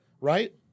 Right